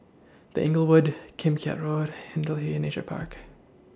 The Inglewood Kim Keat Road Hindhede Nature Park